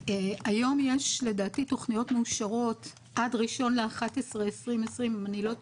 היום יש לדעתי תוכניות מאושרות עד 1.11.2020 אם אני לא טועה,